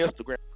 Instagram